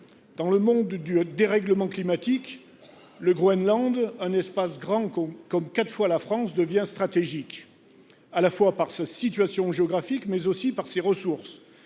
Dans le monde du dérèglement climatique, le Groenland – un espace grand comme quatre fois la France – devient stratégique, en raison à la fois de sa situation géographique, mais également de ses ressources.